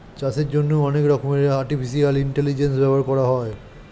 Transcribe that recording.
চাষের জন্যে অনেক রকমের আর্টিফিশিয়াল ইন্টেলিজেন্স ব্যবহার করা হয়